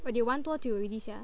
!wah! you 玩多久 already sia